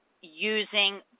using